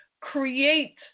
create